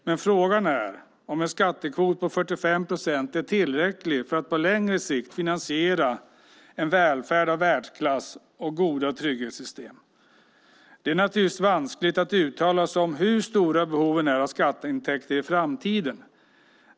Men frågan är om en skattekvot på 45 procent är tillräcklig för att på längre sikt finansiera en välfärd av världsklass och goda trygghetssystem. Det är naturligtvis vanskligt att uttala sig om hur stora behoven är av skatteintäkter i framtiden.